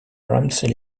ramsey